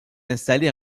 installé